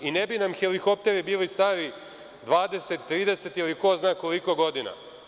I ne bi nam helikopteri bili stari 20, 30 ili ko zna koliko godina.